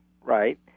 right